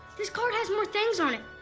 this card has more things on it.